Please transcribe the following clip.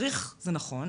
צריך זה נכון.